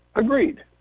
agreed.